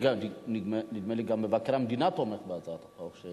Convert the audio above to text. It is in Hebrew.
נדמה לי שגם מבקר המדינה תומך בהצעת החוק.